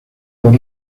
los